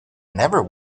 never